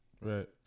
Right